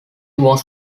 was